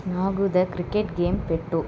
నాకు the cricket game పెట్టు